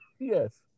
Yes